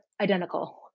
identical